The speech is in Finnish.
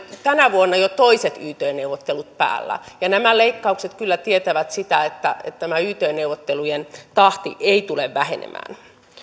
tänä vuonna jo toiset yt neuvottelut päällä ja nämä leikkaukset kyllä tietävät sitä että tämä yt neuvottelujen tahti ei tule vähenemään